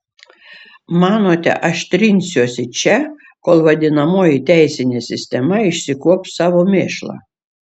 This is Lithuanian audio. manote aš trinsiuosi čia kol vadinamoji teisinė sistema išsikuops savo mėšlą